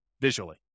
visually